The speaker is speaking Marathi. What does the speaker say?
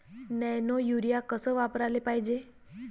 नैनो यूरिया कस वापराले पायजे?